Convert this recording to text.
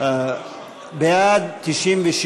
96 בעד,